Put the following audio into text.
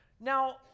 now